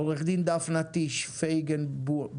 עו"ד דפנה טיש פיגנבוים,